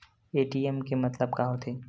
ATM के मतलब का होथे?